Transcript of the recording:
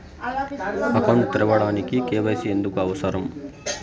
Account తెరవడానికి, KYC ఎందుకు అవసరం?